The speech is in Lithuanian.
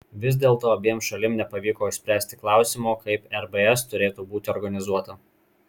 vis dėlto abiems šalims nepavyko išspręsti klausimo kaip rbs turėtų būti organizuota